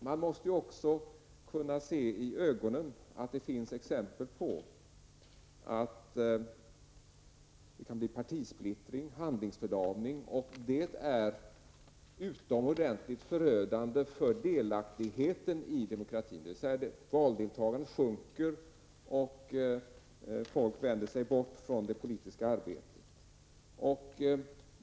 Man måste också kunna se i ögonen att det kan bli partisplittring och handlingsförlamning. Och det är utomordentligt förödande för delaktigheten i demokratin. Valdeltagandet sjunker, och folk vänder sig bort från det politiska arbetet.